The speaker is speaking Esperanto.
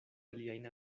aliajn